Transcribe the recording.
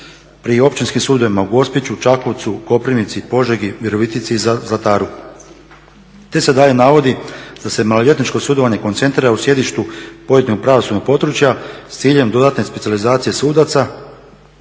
pri općinskim sudovima u Gospiću, Čakovcu, Koprivnici, Virovitici, Požegi i Zlataru, te se dalje navodi da se maloljetničko sudovanje koncentrira u sjedištu pojedinog pravosudnog područja s ciljem dodatne specijalizacije sudaca